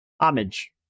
Homage